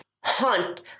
hunt